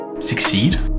succeed